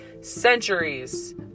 centuries